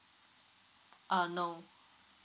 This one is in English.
uh no